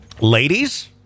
Ladies